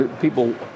people